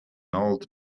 old